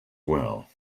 well